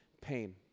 pain